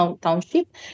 township